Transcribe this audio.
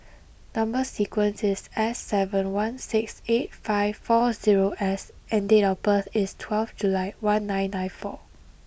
number sequence is S seven one six eight five four zero S and date of birth is twelve July one nine nine four